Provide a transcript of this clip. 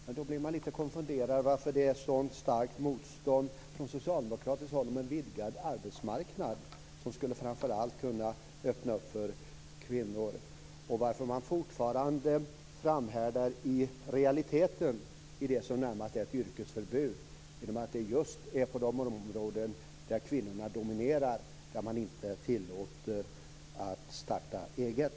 Men då blir man lite konfunderad varför det är ett så starkt motstånd från socialdemokratiskt håll mot en vidgad arbetsmarknad som framför allt skulle kunna öppna upp för kvinnor och varför man i realiteten fortfarande framhärdar i det som närmast är ett yrkesförbud, eftersom det är just på de områden där kvinnorna dominerar som man inte tillåter att starta eget.